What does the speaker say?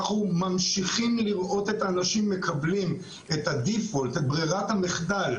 אנחנו ממשיכים לראות את האנשים מקבלים את ברירת המחדל